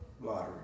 lottery